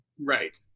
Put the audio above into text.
Right